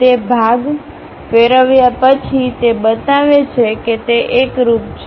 તે ભાગ ફેરવ્યાં પછી તે બતાવે છે કે તે એકરુપ છે